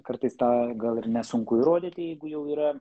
kartais tą gal ir nesunku įrodyti jeigu jau yra